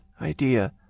idea